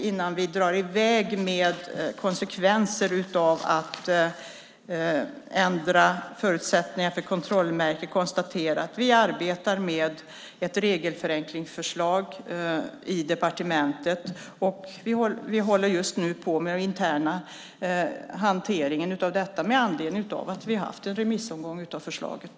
Innan vi drar i väg med konsekvensanalyser av att ändra förutsättningar för kontrollmärke tror jag att det är bra att konstatera att vi arbetar med ett regelförenklingsförslag i departementet. Just nu håller vi på med den interna hanteringen av detta med anledning av att vi har haft en remissomgång av förslaget.